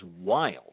wild